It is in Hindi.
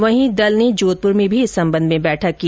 वहीं दल ने जोधपुर में भी इस संबंध में बैठक की